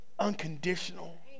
unconditional